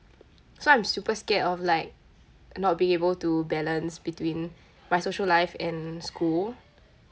so I'm super scared of like not being able to balance between my social life and school